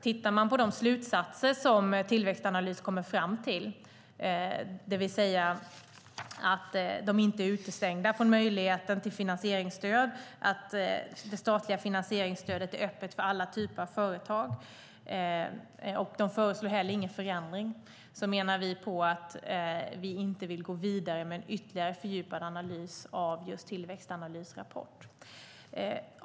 Tittar vi på de slutsatser som Tillväxtanalys kommer fram till, det vill säga att dessa företag inte är utestängda från möjligheten till finansieringsstöd, att det statliga finansieringsstödet är öppet för alla typer av företag och att man inte heller föreslår någon förändring, menar vi att vi inte vill gå vidare med en ytterligare fördjupad analys av just Tillväxtanalys rapport.